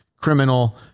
criminal